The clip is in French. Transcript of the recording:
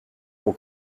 mon